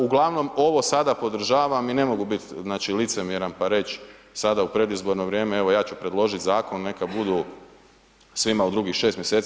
Uglavnom, ovo sad podržavam i ne mogu biti licemjeran pa reći sada u predizborno vrijeme, evo ja ću predložiti zakon, neka budu svima u drugih 6. mj.